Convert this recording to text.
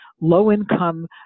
low-income